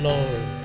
Lord